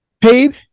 paid